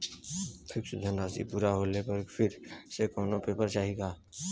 Fix धनराशी पूरा होले पर फिर से कौनो पेपर चाही का?